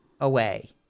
away